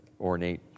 ornate